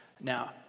Now